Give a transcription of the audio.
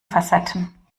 facetten